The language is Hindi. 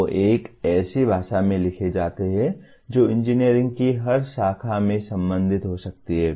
वे एक ऐसी भाषा में लिखे जाते हैं जो इंजीनियरिंग की हर शाखा से संबंधित हो सकती है